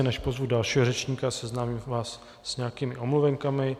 Než pozvu dalšího řečníka, seznámím vás s nějakými omluvenkami.